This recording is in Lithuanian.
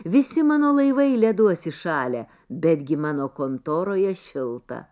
visi mano laivai leduos įšalę betgi mano kontoroje šilta